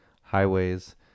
highways